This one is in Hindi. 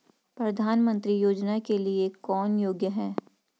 प्रधानमंत्री योजना के लिए कौन योग्य है?